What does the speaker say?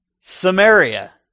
Samaria